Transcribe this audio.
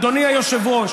אדוני היושב-ראש,